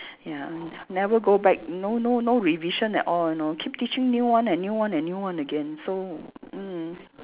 ya n~ never go back no no no revision at all you know keep teaching new one and new one and new one again so mm